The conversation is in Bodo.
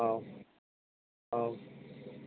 औ औ